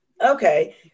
okay